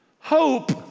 hope